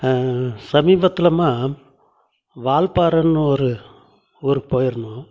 சமீபத்துலம்மா வால்பாறைன்னு ஒரு ஊருக்கு போயிருந்தோம்